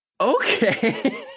Okay